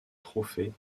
trophée